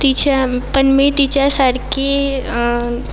तिच्या पण मी तिच्यासारखी